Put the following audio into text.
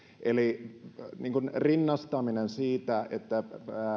eli sen rinnastaminen että